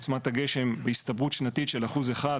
עוצמת הגשם בהסתברות שנתית של אחוז אחד,